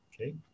Okay